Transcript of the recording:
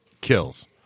kills